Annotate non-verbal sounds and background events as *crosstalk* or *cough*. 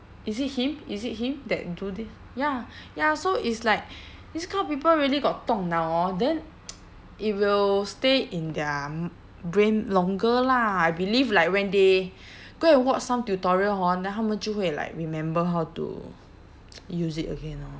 is it him is it him that do this ya ya so it's like this kind of people really got 动脑 hor then *noise* it will stay in their brain longer lah I believe like when they go and watch some tutorial hor then 他们就会 like remember how to *noise* use it again orh